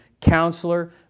counselor